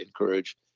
encourage